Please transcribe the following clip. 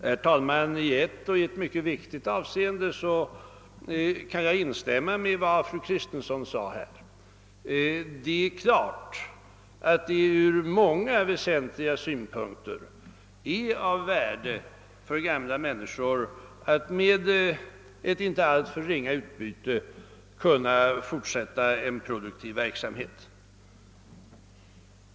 Herr talman! I ett avseende — och ett mycket viktigt sådant — kan jag instämma i vad fru Kristensson sade. : Det är klart att det ur många väsentliga synpunkter är av värde för gamla människor att med ett inte alltför ringa ut byte kunna fortsätta en produktiv verksamhet.